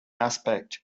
aspect